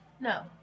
no